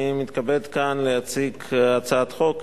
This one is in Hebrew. אני מתכבד להציג כאן הצעת חוק,